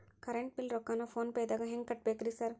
Current bill ರೊಕ್ಕಾನ phone ಪೇದಾಗ ಹೆಂಗ್ ಕಟ್ಟಬೇಕ್ರಿ ಸರ್?